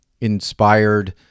inspired